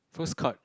first card